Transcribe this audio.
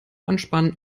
anspannen